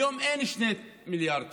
היום אין 2 מיליארד שקל,